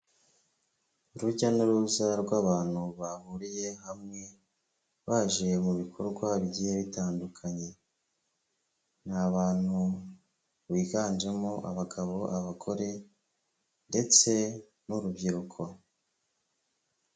Urujya n'uruza rw'abantu bahuriye hamwe, baje mu bikorwa bigiye bitandukanye. Ni abantu biganjemo abagabo, abagore ndetse n'urubyiruko.